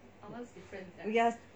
we are